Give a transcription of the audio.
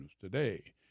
today